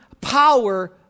power